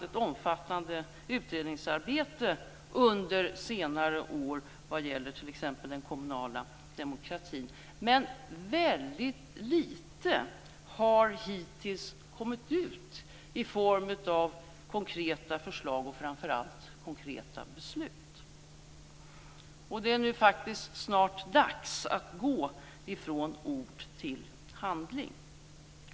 Ett omfattande utredningsarbete har också bedrivits under senare år vad gäller t.ex. den kommunala demokratin. Men väldigt litet har hittills kommit ut i form av konkreta förslag och framför allt konkreta beslut. Det är faktiskt snart dags att gå från ord till handling.